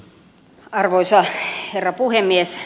arvoisa herra puhemies